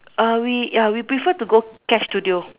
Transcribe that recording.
uh we ya we prefer to go cash studio